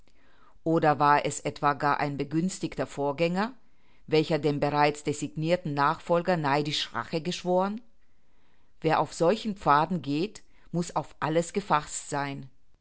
oder war es etwa gar ein begünstigter vorgänger welcher dem bereits designirten nachfolger neidisch rache geschworen wer auf solchen pfaden geht muß auf alles gefaßt sein